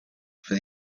for